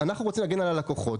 אנחנו רוצים להגן על הלקוחות,